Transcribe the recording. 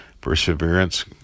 perseverance